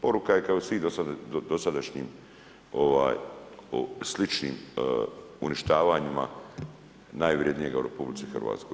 Poruka je kao i u svih dosadašnjim sličnim uništavanjima najvrednijega u RH.